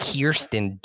Kirsten